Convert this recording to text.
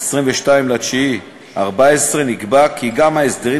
22 בספטמבר 2014 נקבע כי גם ההסדרים